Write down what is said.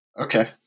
Okay